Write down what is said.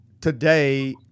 today